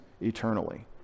eternally